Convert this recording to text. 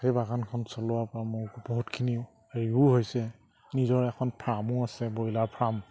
সেই বাগানখন চলোৱাৰ পৰা মোৰ বহুতখিনিও হেৰিও হৈছে নিজৰ এখন ফাৰ্মো আছে ব্ৰইলাৰ ফাৰ্ম